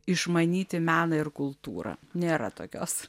išmanyti meną ir kultūrą nėra tokios